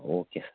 okay